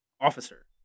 officer